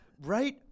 Right